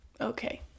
okay